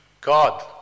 God